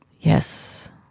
Yes